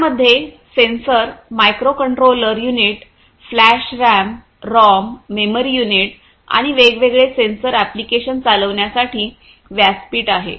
त्यामध्ये sensor microcontroller unit flash RAM ROM memory unit आणि वेगवेगळे सेन्सर एप्लीकेशन्स चालविण्यासाठी व्यासपीठ आहे